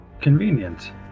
Convenient